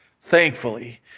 Thankfully